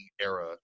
era